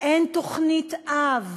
אין תוכנית אב,